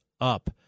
up